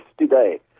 today